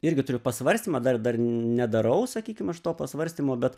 irgi turiu pasvarstymą dar dar nedarau sakykim aš to po svarstymo bet